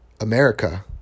America